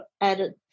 added